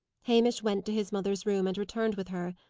hamish went to his mother's room, and returned with her.